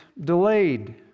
delayed